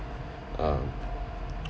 um